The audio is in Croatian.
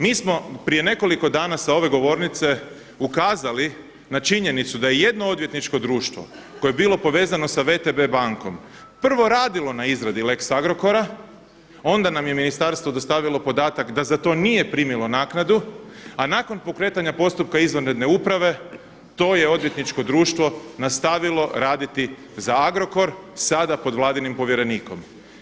Mi smo prije nekoliko dana sa ove govornice ukazali na činjenicu da je jedno odvjetničko društvo koje je bilo povezano sa VTB bankom prvo radilo na izradi lex Agrokora, onda nam je ministarstvo dostavilo podatak da za to nije primilo naknadu, a nakon pokretanja postupka izvanredne uprave to je odvjetničko društvo nastavilo raditi za Agrokor sada pod vladinim povjerenikom.